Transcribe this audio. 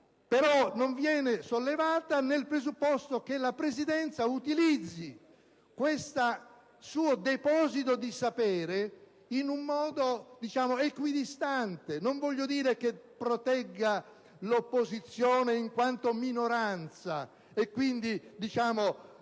però, non viene sollevata nel presupposto che la Presidenza utilizzi questo suo deposito di sapere in un modo equidistante: non voglio dire che protegga l'opposizione in quanto minoranza e, quindi,